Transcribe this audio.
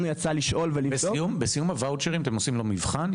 בסיום הוואוצ'רים אתם עושים לו מבחן?